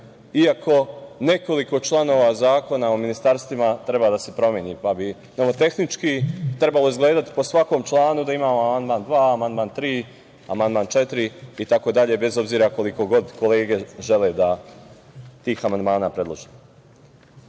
iako nekoliko članova Zakona o ministarstvima treba da se promeni, pa bi tehnički trebalo izgledati po svakom članu da imamo amandman dva, amandman tri, amandman četiri itd, bez obzira koliko god kolege žele tih amandmana da